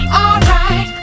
alright